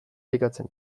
elikatzen